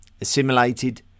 assimilated